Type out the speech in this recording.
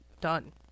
done